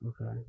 Okay